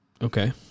Okay